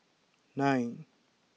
nine